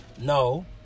No